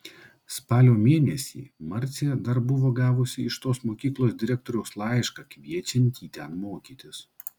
spalio mėnesį marcė dar buvo gavusi iš tos mokyklos direktoriaus laišką kviečiantį ten mokytis